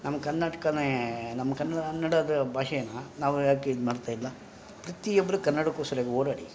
ನಮ್ಮ ಕರ್ನಾಟಕ ನಮ್ಮ ಕನ್ನಡದ ಭಾಷೆಯನ್ನ ನಾವು ಯಾಕೆ ಇದು ಮಾಡ್ತಾಯಿಲ್ಲ ಪ್ರತಿಯೊಬ್ರು ಕನ್ನಡಕ್ಕೋಸ್ಕರವಾಗಿ ಹೋರಾಡಿ